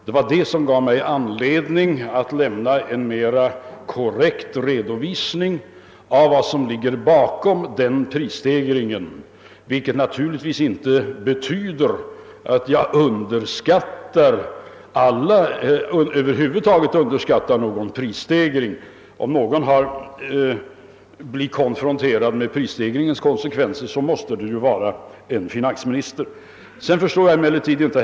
Det var det som gav mig anledning att lämna en mera korrekt redovisning av vad som ligger bakom den prisstegringen, vilket naturligtvis inte betyder, att jag över huvud taget underskattar någon prisstegring, Om någon har blivit konfronterad med prisstegringens konsekvenser måste det ju vara en finansminister. Emellertid förstår jag inte herr Hermansson.